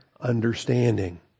understanding